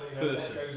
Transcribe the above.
person